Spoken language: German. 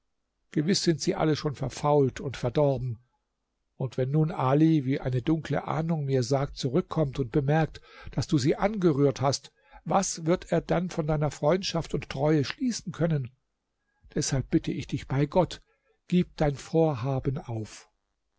gewiß sind sie alle schon verfault und verdorben und wenn nun ali wie eine dunkle ahnung mir sagt zurückkommt und bemerkt daß du sie angerührt hast was wird er dann von deiner freundschaft und treue schließen können deshalb bitte ich dich bei gott gib dein vorhaben auf